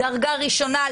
דרגה ראשונה,